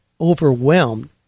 overwhelmed